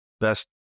best